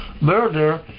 murder